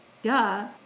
Duh